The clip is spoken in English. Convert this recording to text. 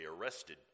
arrested